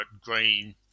Green